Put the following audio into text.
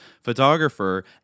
photographer